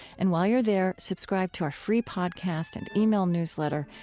and while you're there, subscribe to our free podcast and email newsletter,